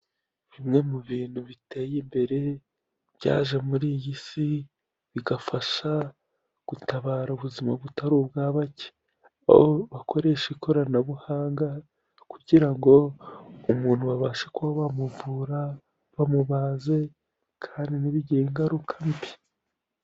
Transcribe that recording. Kimwe mu bintu biteye imbere byaje muri iyi si bigafasha gutabara ubuzima butari ubwa bake. Aho bakoresha ikoranabuhanga kugira ngo umuntu babashe kuba bamuvura, bamubaze kandi ntibigire ingaruka mbi.